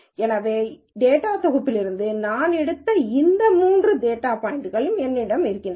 எனவே இப்போது டேட்டாதொகுப்பிலிருந்து நான் எடுத்த இந்த மூன்று டேட்டா பாய்ன்ட்கள் என்னிடம் உள்ளன